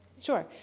sure,